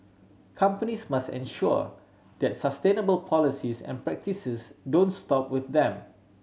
companies must ensure that sustainable policies and practices don't stop with them